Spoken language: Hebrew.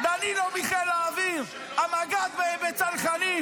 אני לא מחיל האוויר, המג"ד בצנחנים.